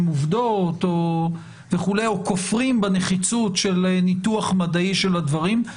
עובדות וכו' או כופרים בנחיצות של ניתוח מדעי של הדברים,